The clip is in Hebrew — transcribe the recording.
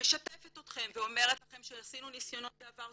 משתפת אתכם ואומרת לכם שעשינו ניסיונות בעבר,